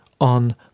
on